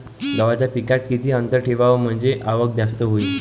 गव्हाच्या पिकात किती अंतर ठेवाव म्हनजे आवक जास्त होईन?